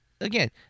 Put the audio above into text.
again